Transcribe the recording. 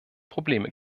probleme